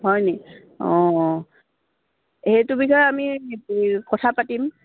হয়নি অঁ সেইটো বিষয়ে আমি কথা পাতিম